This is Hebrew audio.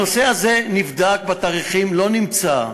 הנושא הזה נבדק בתאריכים, לא נמצא.